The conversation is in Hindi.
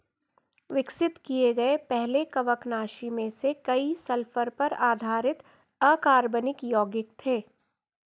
विकसित किए गए पहले कवकनाशी में से कई सल्फर पर आधारित अकार्बनिक यौगिक थे